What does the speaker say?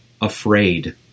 afraid